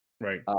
Right